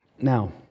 Now